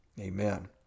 Amen